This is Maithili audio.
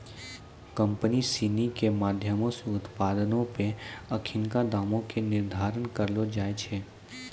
कंपनी सिनी के माधयमो से उत्पादो पे अखिनका दामो के निर्धारण करलो जाय छै